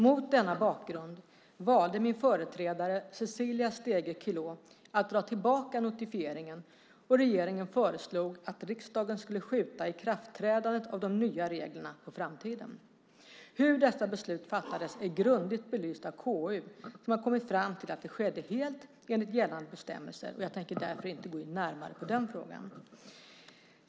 Mot denna bakgrund valde min företrädare Cecilia Stegö Chilò att dra tillbaka notifieringen, och regeringen föreslog att riksdagen skulle skjuta ikraftträdandet av de nya reglerna på framtiden. Hur dessa beslut fattades är grundligt belyst av KU som har kommit fram till att det skedde helt enligt gällande bestämmelser. Jag tänker därför inte gå närmare in på den frågan.